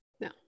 No